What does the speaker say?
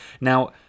Now